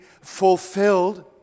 fulfilled